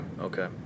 okay